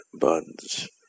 buds